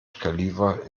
khalifa